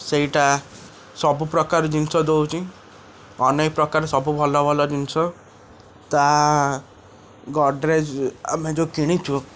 ସେଇଟା ସବୁ ପ୍ରକାର ଜିନିଷ ଦଉଛି ଅନେକ ପ୍ରକାର ସବୁ ଭଲ ଭଲ ଜିନିଷ ତାହା ଗଡ଼ରେଜ ଆମେ ଯେଉଁ କିଣିଛୁ